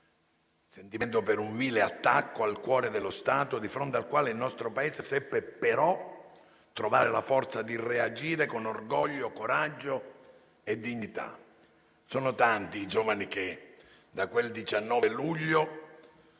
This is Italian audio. sentimento per un vile attacco al cuore dello Stato, di fronte al quale il nostro Paese seppe però trovare la forza di reagire con orgoglio, coraggio e dignità. Sono tanti i giovani che, da quel 19 luglio,